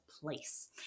place